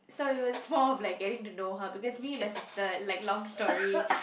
so it was more of like getting to know her because me and my sister like long story